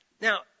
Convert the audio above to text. Now